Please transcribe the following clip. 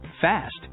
fast